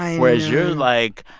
um whereas you're like,